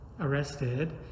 arrested